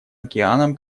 океаном